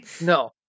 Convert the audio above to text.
No